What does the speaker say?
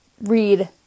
read